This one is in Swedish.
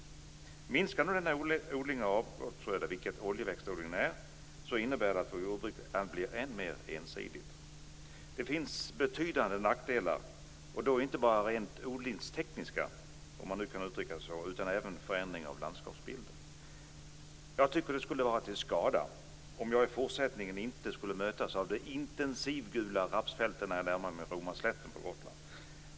Minskar nu denna odling av avbrottsgröda, vilket oljeväxtodlingen är, innebär det att vårt jordbruk blir ännu mer ensidigt. Det finns betydande nackdelar, och då inte bara odlingstekniska om man nu kan uttrycka det så, utan det innebär även förändringar av landskapsbilden. Jag tycker att det skulle vara till skada om jag i fortsättningen inte skulle mötas av de intensivgula rappsfälten när jag närmar mig Roma slätt på Gotland.